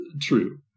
true